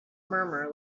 murmur